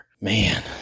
Man